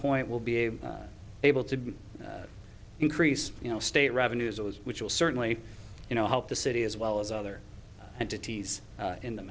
point will be able to increase you know state revenues those which will certainly you know help the city as well as other entities in the